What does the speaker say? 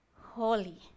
holy